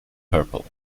purple